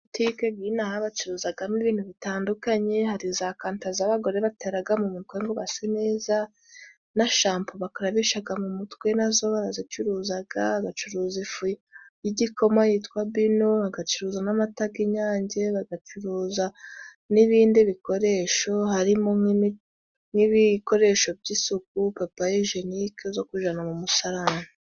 Mu mabutike y'inaha bacuruzamo ibintu bitandukanye. Hari za kanta z'abagore batera mu mutwe ngo base neza, na shampo bakarabisha mu mutwe na zo barazicuruza, bagacuruza n'ifu y'igikoma yitwa bino, bagacuruza n'amata y'Inyange, bagacuruza n'ibindi bikoresho harimo n'ibikoresho by'isuku nka feye jenike zo kujyana mu musarani.